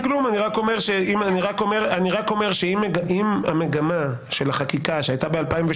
כלום; אני רק אומר שהמגמה של החקיקה שהייתה ב-2018